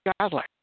godlike